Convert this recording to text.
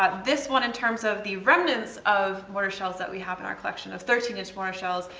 ah this one in terms of the remnants of mortar shells that we have in our collection, of thirteen inch mortar shells,